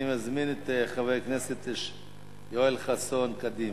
אני מזמין את חבר הכנסת יואל חסון, קדימה.